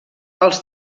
els